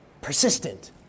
Persistent